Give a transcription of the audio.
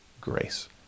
grace